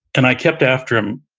and i kept after him,